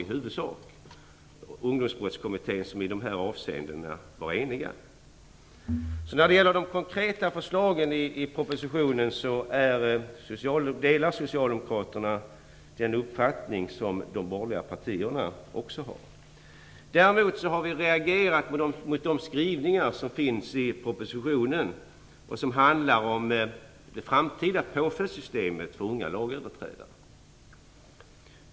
I Ungdomsbrottskommittén var man i dessa avseenden enig. När det gäller de konkreta förslagen i propositionen delar alltså Socialdemokraterna den uppfattning som de borgerliga partierna har. Däremot har vi reagerat mot de skrivningar i propositionen som handlar om det framtida påföljdssystemet för unga lagöverträdare.